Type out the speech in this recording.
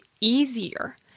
easier